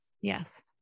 Yes